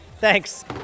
Thanks